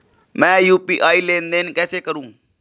मैं यू.पी.आई लेनदेन कैसे करूँ?